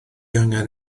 angen